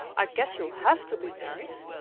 i guess you'll have to be married.